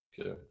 Okay